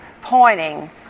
pointing